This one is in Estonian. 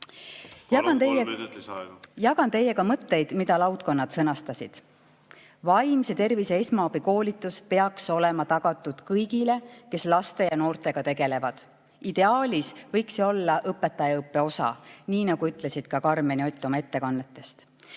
Jagan teiega mõtteid, mida laudkonnad sõnastasid. Vaimse tervise esmaabikoolitus peaks olema tagatud kõigile, kes laste ja noortega tegelevad. Ideaalis võiks see olla õpetajaõppe osa, nii nagu ütlesid ka Karmen ja Ott oma ettekannetes.